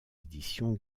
éditions